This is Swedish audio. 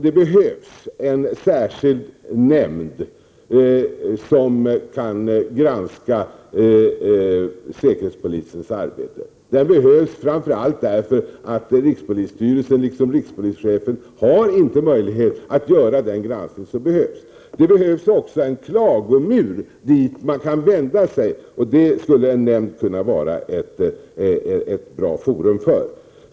Det behövs en särskild nämnd som kan granska säkerhetspolisens arbete. Den behövs framför allt därför att rikspolisstyrelsen liksom rikspolischefen inte har möjlighet att göra den granskning som behövs. Det behövs också en klagomur dit man kan vända sig. En nämnd skulle kunna vara ett bra forum för detta.